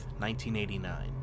1989